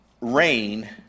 rain